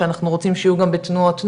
שאנחנו רוצים שיהיו גם בתנועות נוער,